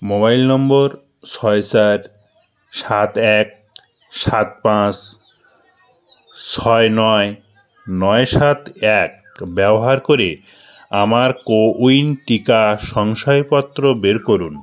mobile নম্বর ছয় চার সাত এক সাত পাঁচ ছয় নয় নয় সাত এক ব্যবহার করে আমার কোউইন টিকা শংসাপত্র বের করুন